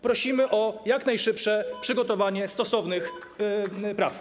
Prosimy o jak najszybsze przygotowanie stosownych przepisów.